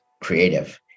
creative